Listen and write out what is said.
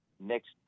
next